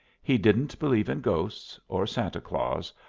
he didn't believe in ghosts, or santa claus,